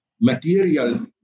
material